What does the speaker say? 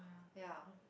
ya